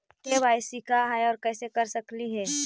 KYC का है, और कैसे कर सकली हे?